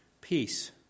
Peace